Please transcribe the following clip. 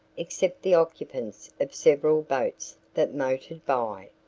except the occupants of several boats that motored by.